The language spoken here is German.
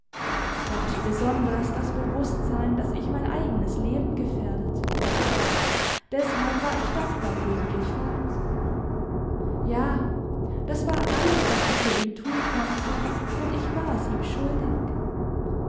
und besonders das bewußtsein daß ich mein eigenes leben gefährdete deshalb war ich dankbar für die gefahr ja das war alles was ich für ihn tun konnte und ich war es ihm schuldig